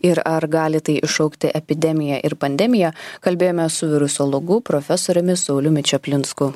ir ar gali tai iššaukti epidemiją ir pandemiją kalbėjomės su virusologu profesoriumi sauliumi čaplinsku